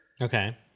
Okay